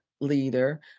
leader